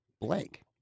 blank